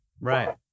Right